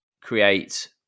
create